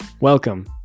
Welcome